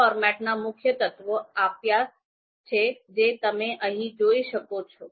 આ ફોર્મેટના મુખ્ય તત્વો આપ્યા છે જે તમે અહીં જોઈ શકો છો